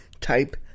type